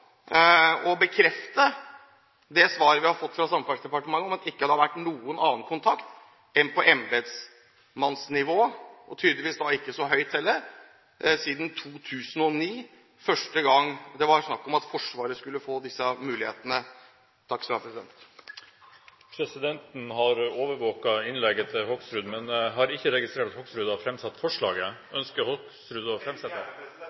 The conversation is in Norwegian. kan bekrefte det svaret vi har fått fra Samferdselsdepartementet, at det ikke har vært noe annen kontakt enn på embetsmannsnivå, og tydeligvis ikke så høyt heller, siden 2009, første gang det var snakk om at Försvaret skulle få disse mulighetene. Presidenten har overvåket innlegget til representanten Bård Hoksrud, men har ikke registrert at Hoksrud har framsatt forslaget. Ønsker Hoksrud å